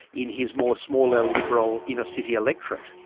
in his more small l liberal inner-city electorate?